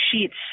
sheets